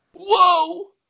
Whoa